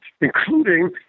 including